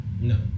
No